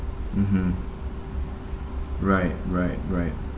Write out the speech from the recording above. mmhmm right right right